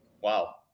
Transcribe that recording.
Wow